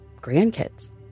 grandkids